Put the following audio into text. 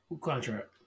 Contract